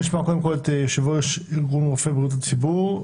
יושב-ראש ארגון רופאי בריאות הציבור,